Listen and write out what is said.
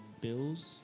Bills